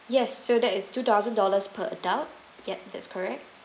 yes so that is two thousand dollars per adult yup that's correct